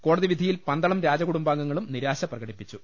കോടതി വിധിയിൽ പന്തളം രാജകുടുംബാംഗങ്ങളും നിരാശപ്രകടിപ്പിച്ചു